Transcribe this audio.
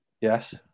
Yes